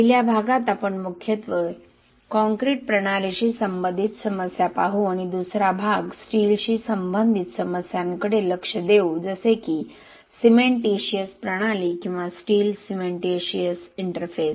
पहिल्या भागात आपण मुख्यत्वे काँक्रीट प्रणालीशी संबंधित समस्या पाहू आणि दुसरा भाग स्टीलशी संबंधित समस्यांकडे लक्ष देऊ जसे की सिमेन्टीशिअस प्रणाली किंवा स्टील सिमेन्टीशिअस इंटरफेस